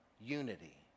unity